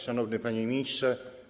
Szanowny Panie Ministrze!